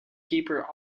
keeper